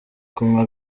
kumwe